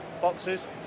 boxes